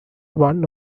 one